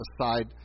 aside